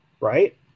right